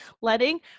letting